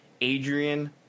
Adrian